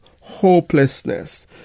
hopelessness